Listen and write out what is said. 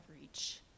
reach